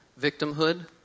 victimhood